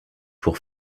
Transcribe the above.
pour